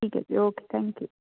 ਠੀਕ ਹੈ ਜੀ ਓਕੇ ਥੈਂਕ ਯੂ